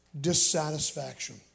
dissatisfaction